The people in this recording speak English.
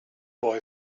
boy